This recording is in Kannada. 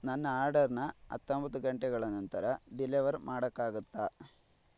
ನನ್ನ ಆರ್ಡರನ್ನ ಹತ್ತೊಂಬತ್ತು ಗಂಟೆಗಳ ನಂತರ ಡಿಲವರ್ ಮಾಡಕ್ಕಾಗತ್ತಾ